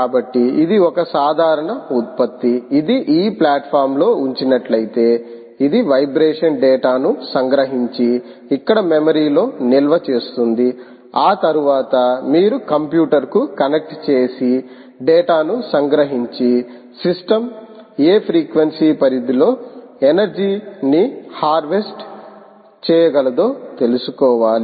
కాబట్టి ఇది ఒక సాధారణ ఉత్పత్తి ఇది ఆ ప్లాట్ఫారమ్లో ఉంచినట్లయితే ఇది వైబ్రేషన్ డేటాను సంగ్రహించి ఇక్కడ మెమరీలో నిల్ చేస్తుంది ఆ తర్వాత మీరు కంప్యూటర్కు కనెక్ట్ చేసి డేటాను సంగ్రహించి సిస్టం ఏ ఫ్రీక్వెన్సీ పరిధి లో ఎనర్జీ ని హార్వెస్ట్ చేయగలదో తెలుసుకోవాలి